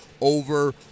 over